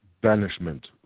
banishment